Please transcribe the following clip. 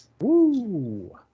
Woo